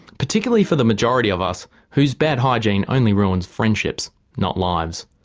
particularly for the majority of us whose bad hygiene only ruins friendships not lives.